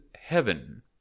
heaven